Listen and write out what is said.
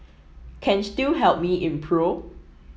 can still help me in pro